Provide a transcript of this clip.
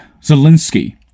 Zelensky